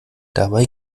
dabei